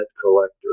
collector